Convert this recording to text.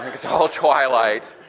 it's all twilight,